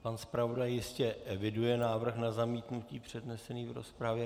Pan zpravodaj jistě eviduje návrh na zamítnutí přednesený v rozpravě.